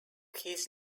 his